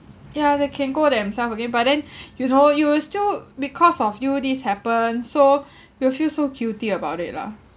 yeah they can go themself again but then you know you will still because of you this happen so you'll feel so guilty about it lah